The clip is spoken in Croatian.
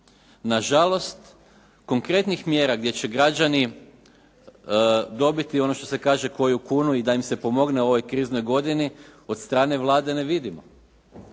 Nažalost, konkretnih mjera gdje će građani dobiti ono što se kaže koju kunu i da im se pomogne u ovoj kriznoj godini od strane Vlade ne vidimo.